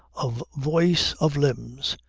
of voice, of limbs.